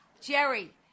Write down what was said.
Jerry